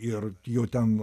ir jau ten